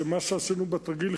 שמה שעשינו בתרגיל,